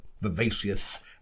vivacious